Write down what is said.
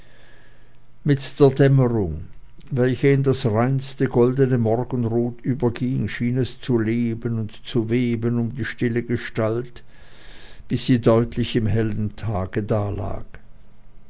mit der dämmerung welche in das reinste goldene morgenrot überging schien es zu leben und zu weben um die stille gestalt bis sie deutlich im hellen tage dalag